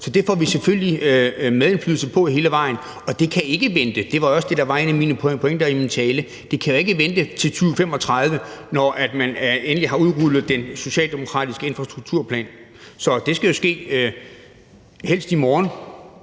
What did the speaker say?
Så det får vi selvfølgelig medindflydelse på hele vejen. Det kan jo ikke vente – det var også en af mine pointer i min tale – til 2035, når man endelig har udrullet den socialdemokratiske infrastrukturplan. Det skal jo helst ske i morgen,